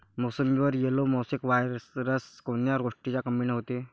मोसंबीवर yellow mosaic virus कोन्या गोष्टीच्या कमीनं होते?